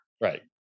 Right